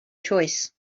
choice